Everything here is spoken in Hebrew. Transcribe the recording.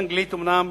באנגלית אומנם,